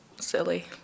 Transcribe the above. silly